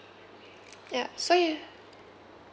yeah so you